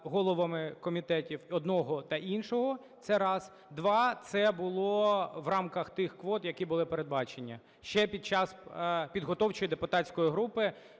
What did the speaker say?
головами комітетів одного та іншого. Це раз. Два: це було в рамках тих квот, які були передбачені ще під час Підготовчої депутатської групи